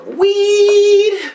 weed